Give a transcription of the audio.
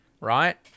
Right